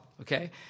okay